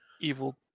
evil